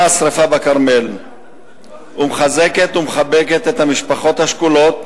השרפה בכרמל ומחזקת ומחבקת את המשפחות השכולות,